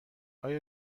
آیا